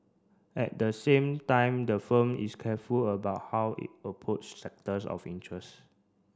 at the same time the firm is careful about how it approach sectors of interest